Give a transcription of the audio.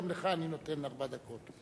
גם לך אני נותן ארבע דקות.